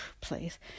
please